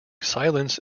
silence